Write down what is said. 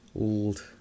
Old